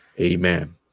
Amen